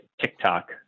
TikTok